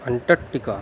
Antarctica